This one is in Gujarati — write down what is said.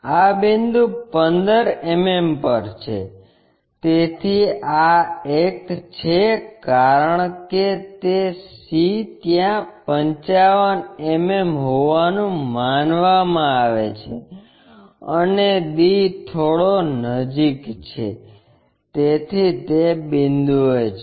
આ બિંદુ 15 mm પર છે તેથી આ એક છે કારણ કે c ત્યાં 50 mm હોવાનું માનવામાં આવે છે અને d થોડો નજીક છે તેથી તે બિંદુએ છે